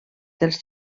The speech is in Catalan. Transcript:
dels